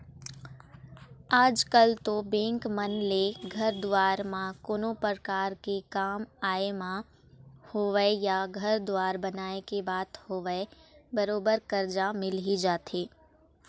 आजकल तो बेंक मन ले घर दुवार म कोनो परकार के काम आय म होवय या घर दुवार बनाए के बात होवय बरोबर करजा मिल ही जाथे